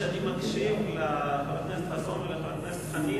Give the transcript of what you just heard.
כשאני מקשיב לחבר הכנסת חסון ולחבר הכנסת חנין